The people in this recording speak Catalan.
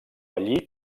allí